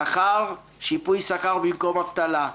שכר, שיפוי שכר במקום אבטלה.